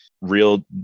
real